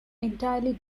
entirely